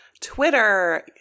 Twitter